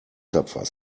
tapfer